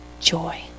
joy